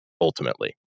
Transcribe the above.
ultimately